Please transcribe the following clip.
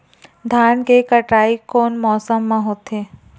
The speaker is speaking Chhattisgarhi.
धान के कटाई कोन मौसम मा होथे?